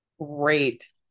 great